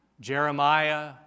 Jeremiah